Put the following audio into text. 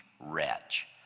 wretch